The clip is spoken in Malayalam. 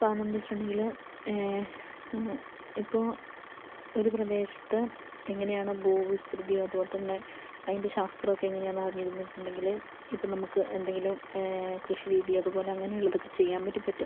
കാരണം എന്താണെന്ന് വെച്ചിട്ടുണ്ടെങ്കിൽ ഇപ്പോൾ ഒരു പ്രദേശത്ത് എങ്ങനെയാണ് ഭൂവിസ്തൃതി അതുപോലെ തന്നെ അതിൻ്റെ ശാസ്ത്രം ഒക്കെ എങ്ങനെയാണെന്ന് അറിഞ്ഞിരുന്നിട്ടുണ്ടെങ്കിൽ ഇപ്പം നമുക്ക് എന്തെങ്കിലും കൃഷി രീതി അതുപോലെ അങ്ങനെയുള്ളതൊക്കെ ചെയ്യാൻ പറ്റി പറ്റും